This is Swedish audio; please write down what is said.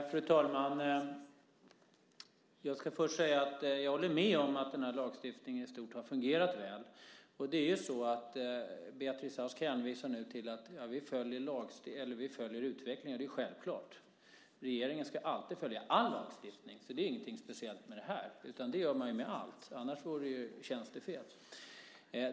Fru talman! Låt mig först säga att jag håller med om att lagstiftningen i stort fungerat väl. Beatrice Ask hänvisar nu till att man följer utvecklingen. Det är ju självklart. Regeringen ska alltid följa all utveckling. Det är ingenting speciellt för just denna fråga, utan det gör man vad gäller alla frågor. Annars vore det ju tjänstefel.